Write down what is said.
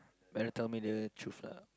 better tell me the truth lah